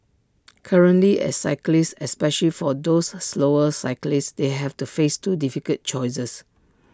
currently as cyclists especially for those slower cyclists they have to face two difficult choices